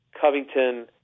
Covington